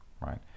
right